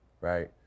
right